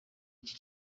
iki